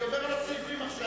אני עובר על הסעיפים עכשיו.